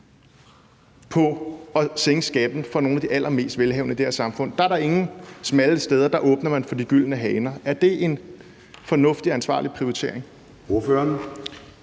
på at sænke skatten for nogle af de allermest velhavende i det her samfund – der er der ingen smalle steder; der åbner man for de gyldne haner. Er det en fornuftig og ansvarlig prioritering?